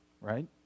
Right